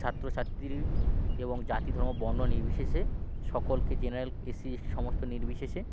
ছাত্র ছাত্রী এবং জাতি ধর্ম বর্ণ নির্বিশেষে সকলকে জেনারেল এসসি এসটি সমস্ত নির্বিশেষে